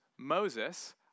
Moses